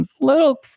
little